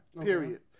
period